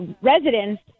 residents